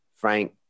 Frank